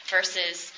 Versus